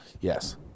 Yes